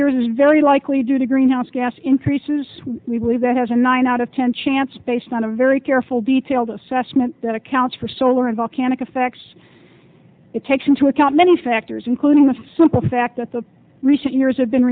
years is very likely due to greenhouse gas increases we believe that has a nine out of ten chance based on a very careful detailed assessment that accounts for solar and volcanic effects it takes into account many factors including the simple fact that the recent years have been